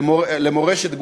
למורשת גוש-קטיף.